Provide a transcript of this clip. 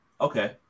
Okay